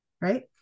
right